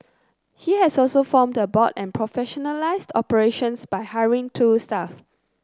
he has also formed a board and professionalised operations by hiring two staff